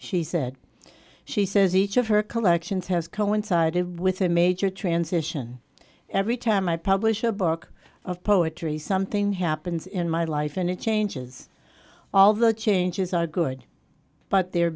she said she says each of her collections has coincided with a major transition every time i publish a book of poetry something happens in my life and it changes all the changes are good but the